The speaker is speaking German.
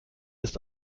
ist